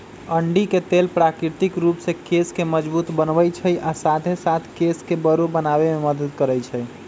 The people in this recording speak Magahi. अंडी के तेल प्राकृतिक रूप से केश के मजबूत बनबई छई आ साथे साथ केश के बरो बनावे में मदद करई छई